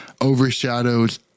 overshadows